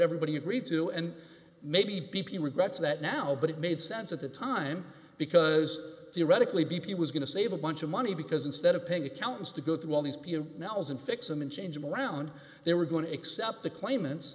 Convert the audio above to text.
everybody agreed to and maybe b p regrets that now but it made sense at the time because theoretically b p was going to save a bunch of money because instead of paying accountants to go through all these pew nels and fix them and change more around they were going to accept the claimants